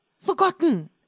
Forgotten